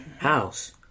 house